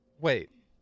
Wait